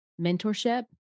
mentorship